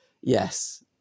Yes